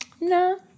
no